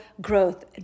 growth